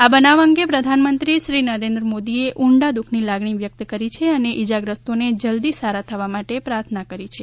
આ બનાવ અંગે પ્રધાન મંત્રી શ્રી નરેન્દ્ર મોદી એ ઉંડા દુઃખની લાગણી વ્યક્ત કરી છે અને ઇજાગ્રસ્તોને જલ્દી સારા થવા માટે પ્રાર્થના કરી છે